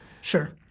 sure